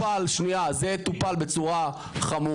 אז זה יטופל, שנייה, זה יטופל בצורה חמורה.